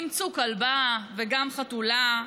אימצו כלבה וגם חתולה,